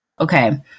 Okay